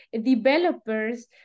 developers